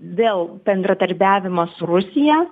vėl bendradarbiavimo su rusija